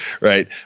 right